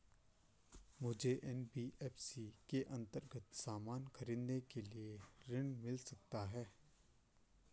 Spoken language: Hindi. मुझे एन.बी.एफ.सी के अन्तर्गत सामान खरीदने के लिए ऋण मिल सकता है?